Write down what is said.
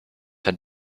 had